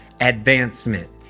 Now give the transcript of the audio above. advancement